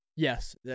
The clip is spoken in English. Yes